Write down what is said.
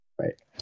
Right